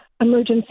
emergency